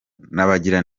n’abagira